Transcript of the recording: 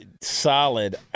solid